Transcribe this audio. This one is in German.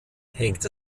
hängt